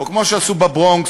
או כמו שעשו בברונקס,